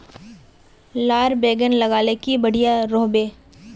लार बैगन लगाले की बढ़िया रोहबे?